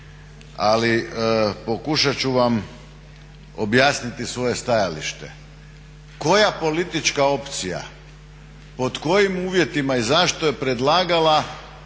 Ali pokušat ću vam objasniti svoje stajalište. Koja politička opcija, pod kojim uvjetima i zašto je predlagala mi je